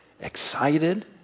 excited